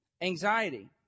anxiety